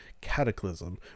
cataclysm